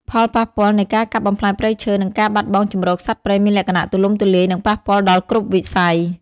ផលប៉ះពាល់នៃការកាប់បំផ្លាញព្រៃឈើ និងការបាត់បង់ជម្រកសត្វព្រៃមានលក្ខណៈទូលំទូលាយ និងប៉ះពាល់ដល់គ្រប់វិស័យ។